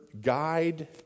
guide